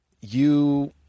you-